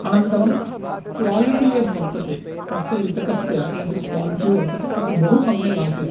अनन्तरं क्वालिटि यद् वर्तते तस्य युतकस्य यद् क्वालिटि वर्तते तद् बहुसम्यक् आसीत्